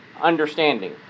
understanding